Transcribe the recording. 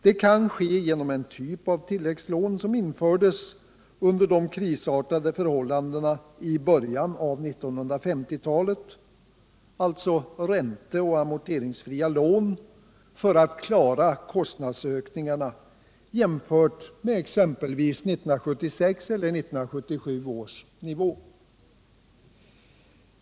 Det kan ske genom en typ av tilläggslån som infördes under de krisartade förhållandena i början av 1950-talet — alltså ränte och amorteringsfria lån för att klara kostnadsökningarna jämfört med exempelvis 1976 eller 1977 års nivå.